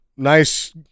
Nice